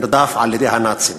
נרדף על-ידי הנאצים.